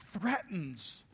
threatens